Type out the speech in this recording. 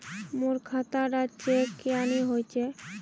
मोर खाता डा चेक क्यानी होचए?